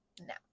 No